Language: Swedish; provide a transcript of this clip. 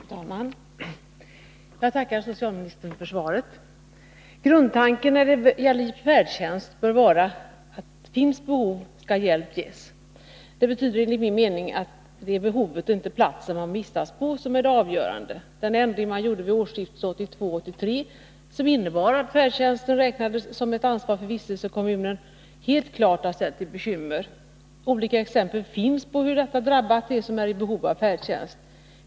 Fru talman! Jag tackar socialministern för svaret. Grundtanken när det gäller färdtjänst bör vara att finns behov, skall hjälp ges. Detta betyder enligt min mening att det är behovet och inte platsen man vistas på som är det avgörande. Den ändring man gjorde vid årsskiftet 1982-1983, som innebar att färdtjänsten räknades som ett ansvar för vistelsekommunen, har helt klart ställt till bekymmer. Olika exempel finns på hur detta drabbat dem som är i behov av färdtjänst.